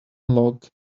lock